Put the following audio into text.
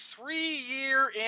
three-year